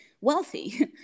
wealthy